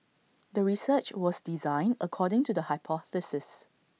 the research was designed according to the hypothesis